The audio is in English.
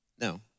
No